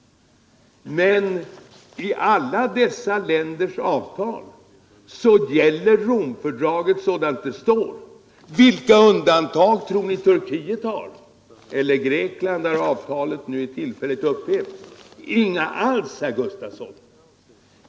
Men i alla dessa länders avtal gäller Romfördraget sådant det lyder. Vilka undantag tror ni att Turkiet har eller Grekland — där avtalet nu är tillfälligt upphävt? Inga alls, herr Gustafson.